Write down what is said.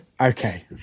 Okay